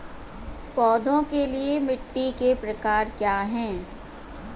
पौधों के लिए मिट्टी के प्रकार क्या हैं?